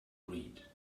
read